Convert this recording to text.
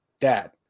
Dad